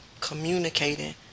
communicating